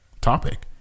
topic